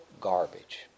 garbage